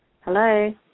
Hello